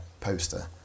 poster